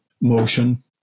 motion